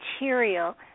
material